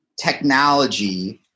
technology